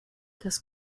das